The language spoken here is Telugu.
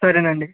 సరేనండి